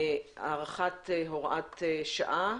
(הוראת שעה)